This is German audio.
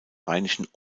rheinischen